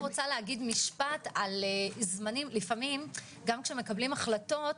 גם כשמקבלים החלטות,